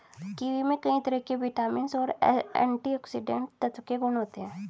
kiwi में कई तरह के विटामिन और एंटीऑक्सीडेंट तत्व के गुण होते है